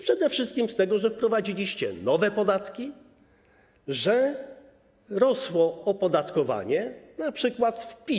Przede wszystkim z tego, że wprowadziliście nowe podatki, że rosło opodatkowanie, np. w PIT.